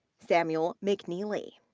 samuel mcneely.